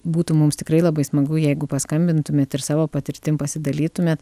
tai būtų būtų mums tikrai labai smagu jeigu paskambintumėt ir savo patirtim pasidalytumėt